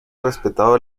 respetado